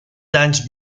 d’anys